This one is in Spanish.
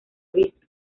visto